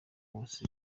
wose